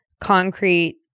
concrete